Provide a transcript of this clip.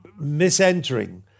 misentering